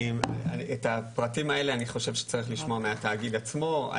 את הפרטים האלה אני חושב שצריך לשמוע מהתאגיד עצמו.